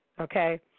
okay